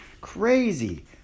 Crazy